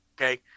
okay